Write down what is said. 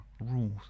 rules